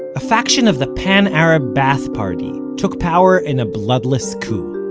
a faction of the pan-arab ba'ath party took power in a bloodless coup.